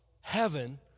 heaven